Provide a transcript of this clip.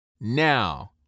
Now